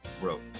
growth